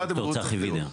משרד הבריאות יבדוק.